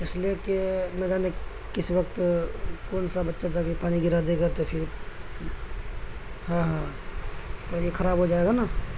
اس لیے کہ نہ جانے کس وقت کون سا بچہ جا کے پانی گرا دے گا تو پھر ہاں ہاں یہ خراب ہو جائے گا نا